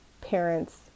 parents